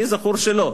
לי זכור שלא.